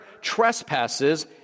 trespasses